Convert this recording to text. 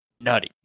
nutty